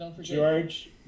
George